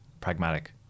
pragmatic